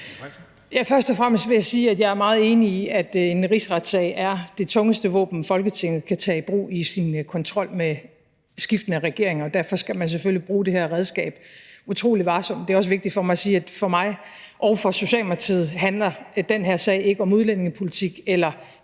først og fremmest vil jeg sige, at jeg er meget enig i, at en rigsretssag er det tungeste våben, Folketinget kan tage i brug i sin kontrol med skiftende regeringer. Og derfor skal man selvfølgelig bruge det her redskab utrolig varsomt. Det er også vigtigt for mig at sige, at for mig og for Socialdemokratiet handler den her sag ikke om udlændingepolitik eller